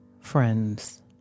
Friends